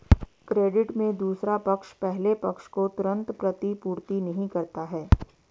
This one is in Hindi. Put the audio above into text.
क्रेडिट में दूसरा पक्ष पहले पक्ष को तुरंत प्रतिपूर्ति नहीं करता है